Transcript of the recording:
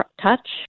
touch